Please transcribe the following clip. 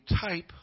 type